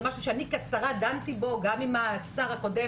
זה משהו שאני כשרה דנתי בו עם השר הקודם